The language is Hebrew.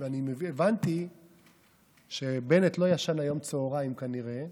אני הבנתי שבנט לא ישן היום צוהריים כנראה,